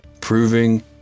proving